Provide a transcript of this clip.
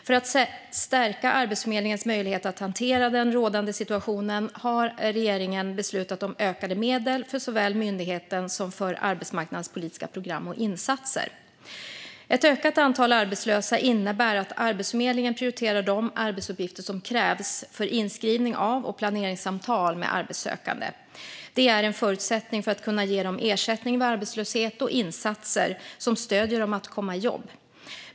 För att stärka Arbetsförmedlingens möjligheter att hantera den rådande situationen har regeringen beslutat om ökade medel såväl för myndigheten som för arbetsmarknadspolitiska program och insatser. Ett ökat antal arbetslösa innebär att Arbetsförmedlingen prioriterar de arbetsuppgifter som krävs för inskrivning av och planeringssamtal med arbetssökande. Det är en förutsättning för att kunna ge dem ersättning vid arbetslöshet och insatser som stöder dem i att komma i jobb.